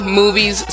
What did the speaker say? movies